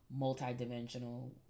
multidimensional